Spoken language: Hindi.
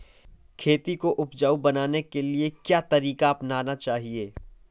खेती को उपजाऊ बनाने के लिए क्या तरीका अपनाना चाहिए?